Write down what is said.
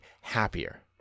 happier